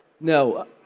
No